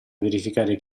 verificare